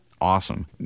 awesome